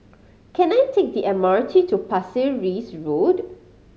can I take the M R T to Pasir Ris Road